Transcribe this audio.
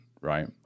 right